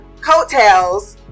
coattails